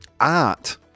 art